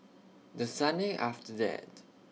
The Sunday after that